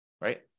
right